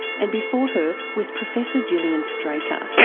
and before her was professor gillian straker,